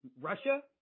Russia